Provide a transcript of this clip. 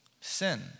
Sin